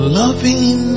loving